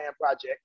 project